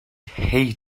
hate